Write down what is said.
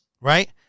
Right